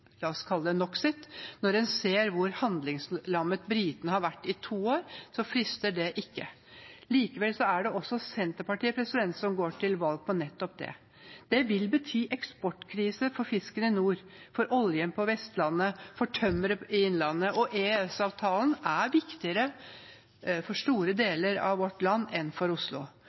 la oss kalle det – noxit. Når en ser hvor handlingslammet britene har vært i to år, frister det ikke. Likevel går Senterpartiet til valg på nettopp det. Det vil bety eksportkrise for fisken i nord, for oljen på Vestlandet og for tømmeret i Innlandet. EØS-avtalen er viktigere for store deler av vårt land enn for Oslo.